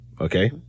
Okay